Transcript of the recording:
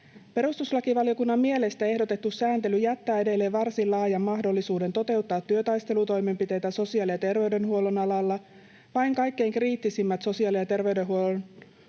Perustuslakivaliokunnan mielestä ehdotettu sääntely jättää edelleen varsin laajan mahdollisuuden toteuttaa työtaistelutoimenpiteitä sosiaali- ja terveydenhuollon alalla. Vain kaikkein kriittisimmät sosiaali- ja terveydenhuollon